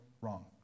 wrong